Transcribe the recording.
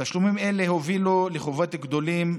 תשלומים אלה הובילו לחובות גדולים,